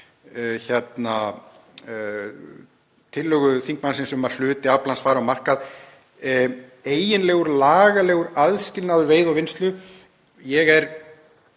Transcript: fyrir tillögu þingmannsins um að hluti aflans fari á markað. Eiginlegur lagalegur aðskilnaður veiða og vinnslu — ég er